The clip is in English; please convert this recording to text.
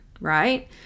right